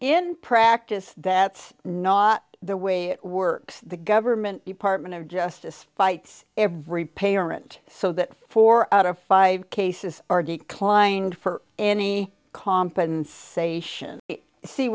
in practice that's not the way it works the government department of justice fights every parent so that four out of five cases are declined for any compensation see